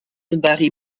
barry